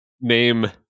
name